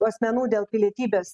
asmenų dėl pilietybės